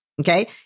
Okay